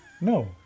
No